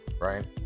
Right